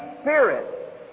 spirit